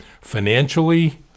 financially